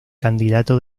candidato